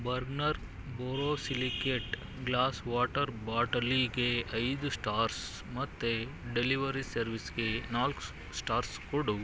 Bergner borosilicate glass water ಬಾಟಲಿಗೆ ಐದು stars ಮತ್ತು ಡೆಲಿವರಿ ಸರ್ವಿಸ್ಗೆ ನಾಲ್ಕು ಶ್ಟಾರ್ಸ್ ಕೊಡು